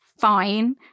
fine